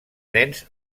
nens